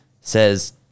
says